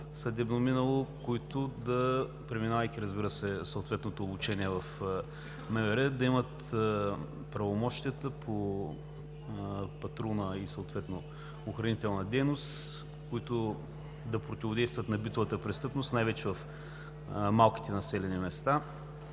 съдебно минало, които преминавайки съответното обучение в МВР, да имат правомощията по патрулна и охранителна дейност, които да противодействат на битовата престъпност, най-вече в малките населени места,